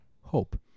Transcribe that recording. hope